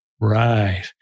Right